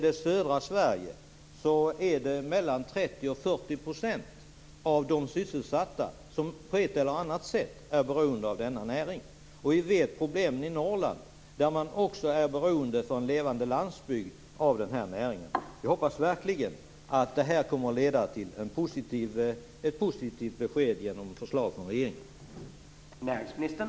I södra Sverige är 30-40 % av de sysselsatta på något sätt beroende av näringen. Vi känner till problemen i Norrland, där man är beroende av näringen för att få en levande landsbygd. Vi hoppas verkligen att detta kommer att leda till positiva förslag från regeringen.